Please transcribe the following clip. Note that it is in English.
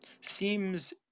SEEMS